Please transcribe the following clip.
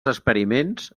experiments